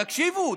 תקשיבו,